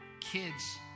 kids